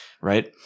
right